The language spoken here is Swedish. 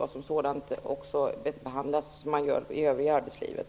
Den skall behandlas som övriga arbetslivet.